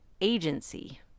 agency